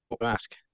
ask